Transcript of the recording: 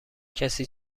کسی